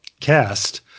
cast